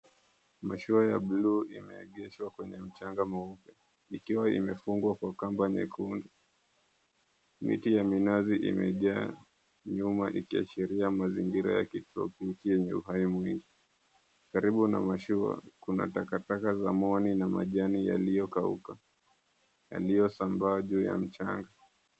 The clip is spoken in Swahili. Mashua ya bluu imeegeshwa kwenye mchanga mweupe ikiwa imefungwa kwa kamba nyekundu, miti ya minazi imejaa nyuma ikiashiria mazingira ya kitropiki yenye uhai mwingi, karibu na mashua kuna takataka za mwoni na majani yaliyokauka yaliyosambaa juu ya mchanga.